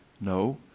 No